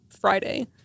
Friday